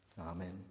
Amen